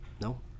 No